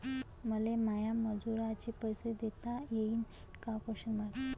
मले माया मजुराचे पैसे देता येईन का?